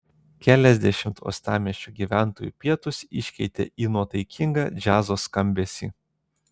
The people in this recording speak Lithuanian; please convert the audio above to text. keliasdešimt uostamiesčio gyventojų pietus iškeitė į nuotaikingą džiazo skambesį